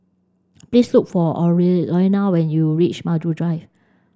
please look for Orlena when you reach Maju Drive